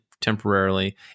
temporarily